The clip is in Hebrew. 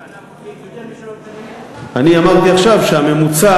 לפרוטוקול שממוצע של זמן של תוכנית בוועדה המחוזית